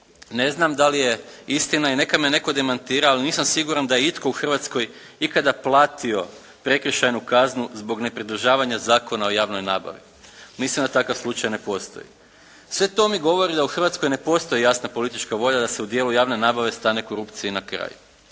Ne znam da li je istina i neka me netko demantira ali nisam siguran da je itko u Hrvatskoj ikada platio prekršajnu kaznu zbog nepridržavanja Zakona o javnoj nabavi. Mislim da takav slučaj ne postoji. Sve to mi govori da u Hrvatskoj ne postoji jasna politička volja da se u dijelu javne nabave stane korupciji na kraj